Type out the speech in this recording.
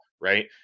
right